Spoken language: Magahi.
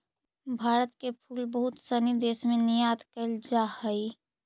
भारत के फूल बहुत सनी देश में निर्यात कैल जा हइ